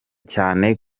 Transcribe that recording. cyane